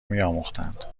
میآموختند